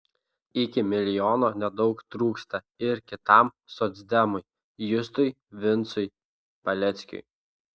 iki milijono nedaug trūksta ir kitam socdemui justui vincui paleckiui